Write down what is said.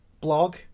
blog